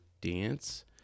dance